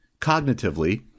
cognitively